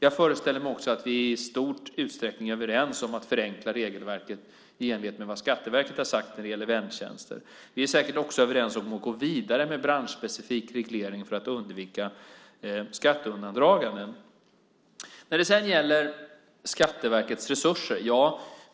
Jag föreställer mig också att vi i stor utsträckning är överens om att förenkla regelverket i enlighet med vad Skatteverket har sagt när det gäller väntjänster. Vi är säkert också överens om att gå vidare med branschspecifik reglering för att undvika skatteundandraganden. Sedan var det frågan om Skatteverkets resurser.